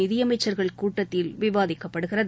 நிதியமைச்சர்கள் கூட்டத்தில் விவாதிக்கப்படுகிறது